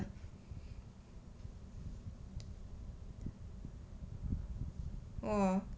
mm